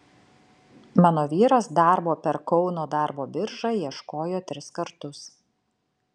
mano vyras darbo per kauno darbo biržą ieškojo tris kartus